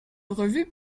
revue